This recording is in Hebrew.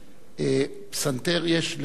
פסנתר יש לרבים בבית,